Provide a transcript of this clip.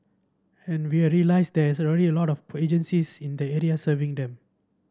and we are realised that there is already a lot of agencies in the area serving them